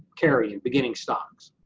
carryin, beginning stocks.